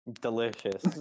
Delicious